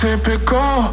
Typical